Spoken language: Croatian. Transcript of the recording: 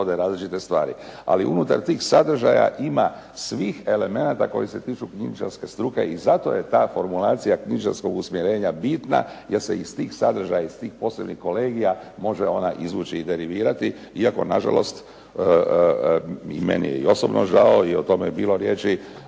ali unutar tih sadržaja ima svih elemenata koji se tiču knjižničarske struke i zato je ta formulacija knjižničarskog usmjerenja bitna jer se iz tih sadržaja, iz tih posebnih kolegija može ona izvući i derivirati iako nažalost i meni je i osobno žao i o tome je bilo riječi